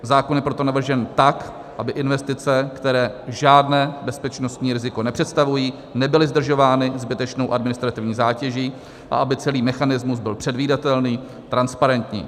Zákon je proto navržen tak, aby investice, které žádné bezpečnostní riziko nepředstavují, nebyly zdržovány zbytečnou administrativní zátěží a aby celý mechanismus byl předvídatelný, transparentní.